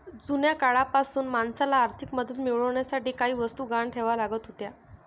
जुन्या काळापासूनच माणसाला आर्थिक मदत मिळवण्यासाठी काही वस्तू गहाण ठेवाव्या लागत होत्या